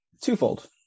Twofold